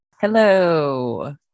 Hello